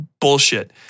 bullshit